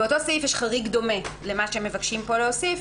באותו סעיף יש חריג דומה למה שמבקשים פה להוסיף,